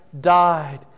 died